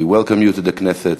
We welcome you to the Knesset.